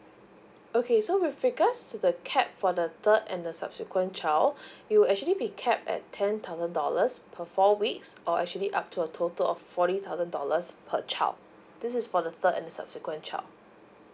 okay so with regards to the cap for the third and the subsequent child it'll actually be capped at ten thousand dollars per four weeks or actually up to a total of forty thousand dollars per child this is for the third and subsequent child